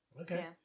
Okay